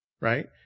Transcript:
right